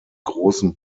großen